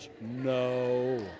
no